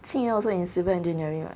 sinyan also in civil engineering [what]